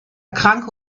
kranke